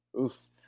oof